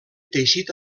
teixit